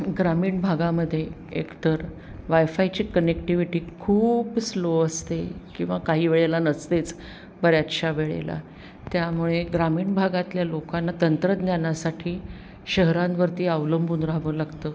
ग्रामीण भागामध्ये एक तर वाय फायची कनेक्टिव्हिटी खूप स्लो असते किंवा काही वेळेला नसतेच बऱ्याचशा वेळेला त्यामुळे ग्रामीण भागातल्या लोकांना तंत्रज्ञानासाठी शहरांवरती अवलंबून राहावं लागतं